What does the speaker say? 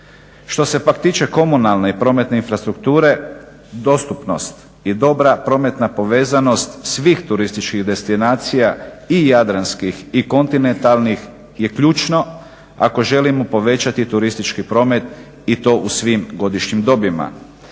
Što se pak tiče komunalne i prometne infrastrukture dostupnost je dobra. Prometna povezanost svih turističkih destinacija i jadranskih kontinentalnih je ključno ako želimo povećati turistički promet i to u svim godišnjim dobima.